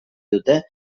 dute